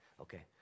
okay